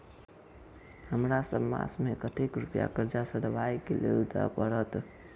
हमरा सब मास मे कतेक रुपया कर्जा सधाबई केँ लेल दइ पड़त?